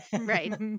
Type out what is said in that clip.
Right